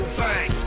bang